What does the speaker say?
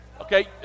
Okay